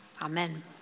Amen